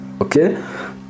Okay